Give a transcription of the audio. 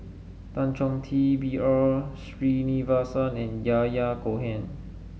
Tan Chong Tee B R Sreenivasan and Yahya Cohen